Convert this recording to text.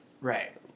Right